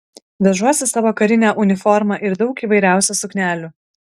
vežuosi savo karinę uniformą ir daug įvairiausių suknelių